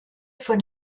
von